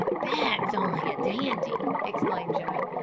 that's only a dandy, exclaimed joe.